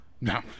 No